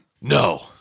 No